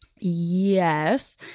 Yes